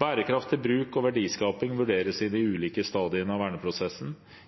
Bærekraftig bruk og verdiskaping vurderes i de ulike stadiene av verneprosessen.